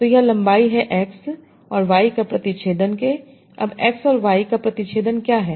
तो यह लंबाई है X और Y का प्रतिच्छेदन के अब X और Y का प्रतिच्छेदन क्या है